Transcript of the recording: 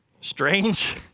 Strange